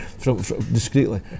discreetly